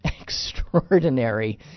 extraordinary